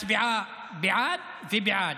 מצביעה בעד, ובעד.